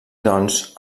doncs